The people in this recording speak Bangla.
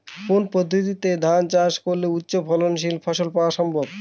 কোন পদ্ধতিতে ধান চাষ করলে উচ্চফলনশীল ফসল পাওয়া সম্ভব?